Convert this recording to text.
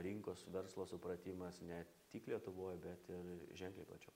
rinkos verslo supratimas ne tik lietuvoj bet ir ženkliai plačiau